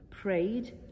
prayed